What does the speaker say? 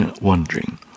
wondering